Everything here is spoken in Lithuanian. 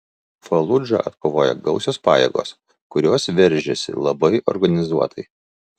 faludžą atkovojo gausios pajėgos kurios veržėsi labai organizuotai